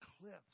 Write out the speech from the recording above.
cliffs